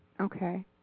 Okay